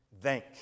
thank